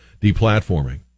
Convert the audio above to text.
deplatforming